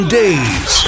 days